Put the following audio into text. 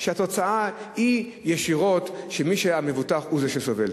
שהתוצאה הישירה היא שהמבוטח הוא זה שסובל.